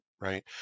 right